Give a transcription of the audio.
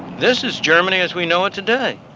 this is germany, as we know it today,